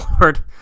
Lord